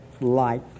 light